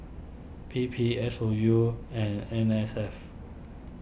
P P S O U and N S F